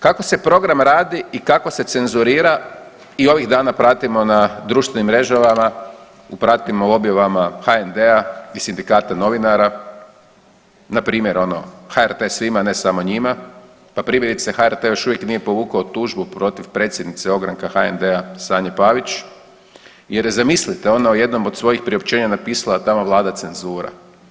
Kako se program radi i kako se cenzurira i ovih dana pratimo na društvenim mrežama, pratimo u objavama HND-a i sindikata novinara, npr. ono HRT svima ne samo njima, pa primjerice HRT još uvijek nije povukao tužbu protiv predsjednice ogranka HND-a Sanje Pavić jer je zamislite ona u jednom od svojih priopćenja napisala da tamo vlada cenzura.